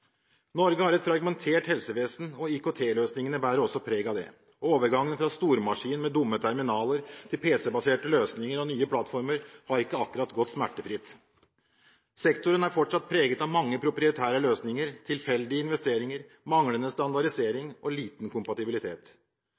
Norge har et fragmentert helsevesen, og IKT-løsningene bærer også preg av det. Overgangen fra stormaskin med dumme terminaler til pc-baserte løsninger og nye plattformer har ikke akkurat gått smertefritt. Sektoren er fortsatt preget av mange proprietære løsninger, tilfeldige investeringer, manglende standardisering og liten kompatibilitet.